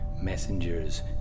Messengers